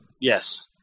Yes